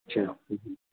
اچھا